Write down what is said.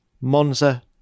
Monza